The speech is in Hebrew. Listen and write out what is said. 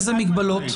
איזה מגבלות?